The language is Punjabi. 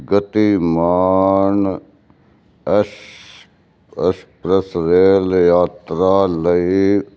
ਗਤੀਮਾਨ ਐੱਸ ਐਕਸਪ੍ਰੈੱਸ ਰੇਲ ਯਾਤਰਾ ਲਈ